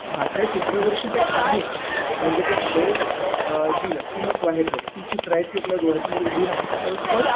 भाषा चित्रदर्शी तर आहेच म्हणजे ते सगळे जी व्यक्तिमत्वं आहेत व्यक्तिचित्रं आहेत ती आपल्या डोळ्यासमोर उभी राहतातच पण